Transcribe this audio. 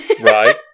Right